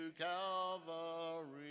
Calvary